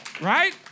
Right